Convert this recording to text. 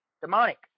demonic